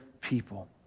people